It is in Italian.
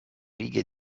righe